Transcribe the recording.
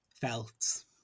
Felt